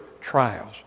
trials